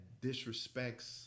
disrespects